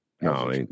No